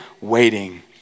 waiting